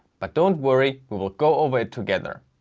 but don't worry, we will go over it together.